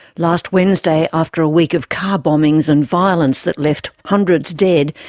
last wednesday, after a week of car bombings and violence that left hundreds dead,